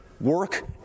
work